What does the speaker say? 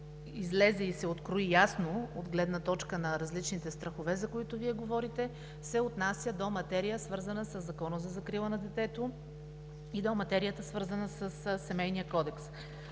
излезе и се открои ясно от гледна точка на различните страхове, за които Вие говорите, се отнася до материя, свързана със Закона за закрила на детето, и до материята, свързана със